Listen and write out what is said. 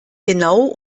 genau